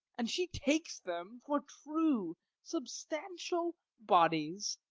and she takes them for true substantial bodies.